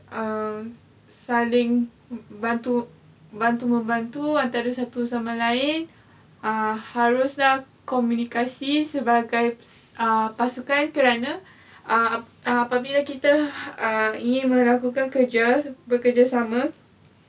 um saling bantu bantu membantu antara satu sama lain uh haruslah komunikasi sebagai pasukan kerana uh apabila kita err ingin melakukan kerja bekerjasama